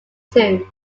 two